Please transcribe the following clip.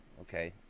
okay